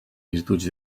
virtuts